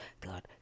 God